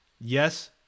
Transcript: Yes